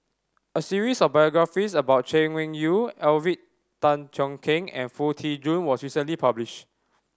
a series of biographies about Chay Weng Yew Alvin Tan Cheong Kheng and Foo Tee Jun was recently published